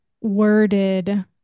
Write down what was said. worded